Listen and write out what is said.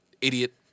idiot